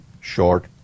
short